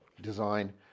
design